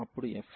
అప్పుడు f